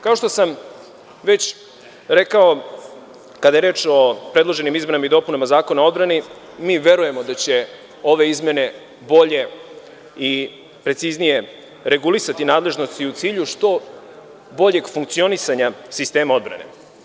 Kao što sam već rekao, kada je reč o predloženim izmenama i dopunama Zakona o odbrani, mi verujemo da će ove izmene bolje i preciznije regulisati nadležnosti u cilju što boljeg funkcionisanja sistema odbrane.